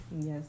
yes